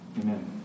Amen